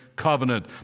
covenant